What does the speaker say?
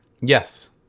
Yes